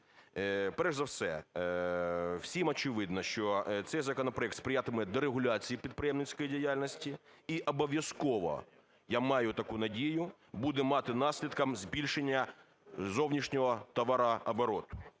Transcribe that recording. Перш за все, всім очевидно, що цей законопроект сприятиме дерегуляції підприємницької діяльності і обов'язково, я маю таку надію, буде мати наслідки збільшення зовнішнього товарообороту.